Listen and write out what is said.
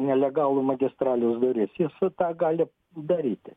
nelegalų magistralės duris jis tą gali daryti